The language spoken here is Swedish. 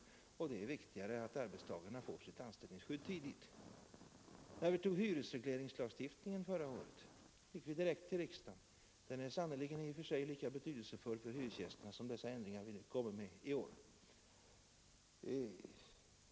Det är viktigare att arbetstagarna får sitt anställningsskydd tidigt. När vi tog hyresregleringslagstiftningen gick vi direkt till riksdagen. Den lagstiftningen är sannerligen i och för sig lika betydelsefull för hyresgästerna som de förändringar vi nu kommer med i år.